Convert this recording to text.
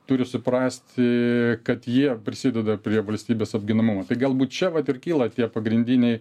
turi suprasti kad jie prisideda prie valstybės apginamumo tai galbūt čia vat ir kyla tie pagrindiniai